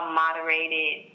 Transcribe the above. moderated